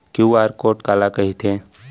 QR code काला कहिथे?